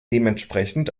dementsprechend